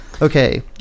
Okay